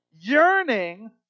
yearning